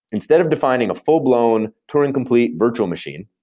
instead of defining a full-blown touring complete virtual machine,